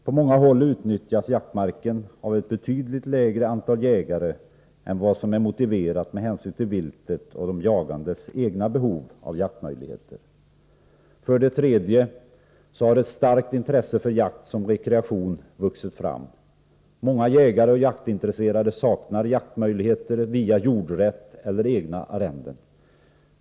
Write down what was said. På många håll utnyttjas jaktmarken av ett betydligt mindre antal jägare än vad som är motiverat med tanke på viltet och de jagandes egna behov av jaktmöjligheter. För det tredje har ett starkt intresse för jakt som rekreation vuxit fram. Många jägare och jaktintresserade saknar jaktmöjligheter via jordrätt eller eget arrende.